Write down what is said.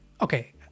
okay